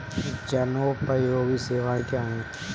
जनोपयोगी सेवाएँ क्या हैं?